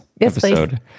episode